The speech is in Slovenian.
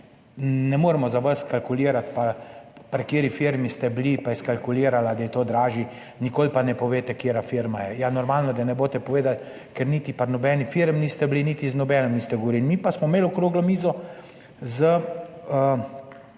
ne moremo za vas kalkulirati, pri kateri firmi ste bili, ki je skalkulirala, da je to dražje, nikoli pa ne poveste, katera firma je. Ja, normalno, da ne boste povedali, ker niste bili pri nobeni firmi, z nobenim niste govorili. Mi pa smo imeli okroglo mizo z